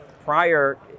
Prior